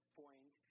point